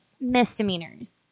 misdemeanors